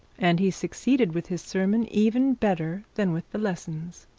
and he succeeded with his sermon even better than with the lessons.